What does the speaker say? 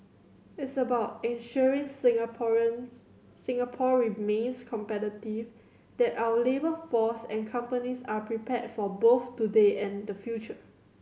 it's about ensuring Singaporeans Singapore remains competitive that our labour force and companies are prepared for both today and the future